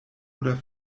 oder